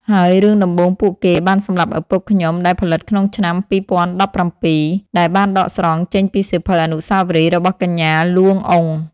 ហើយរឿងដំបូងពួកគេបានសម្លាប់ឪពុកខ្ញុំដែលផលិតក្នុងឆ្នាំ 2017 ដែលបានដកស្រង់ចេញពីសៀវភៅអនុស្សាវរីយ៍របស់កញ្ញា លួង អ៊ុង។